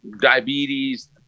diabetes